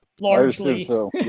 largely